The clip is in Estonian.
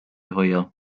hoia